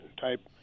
type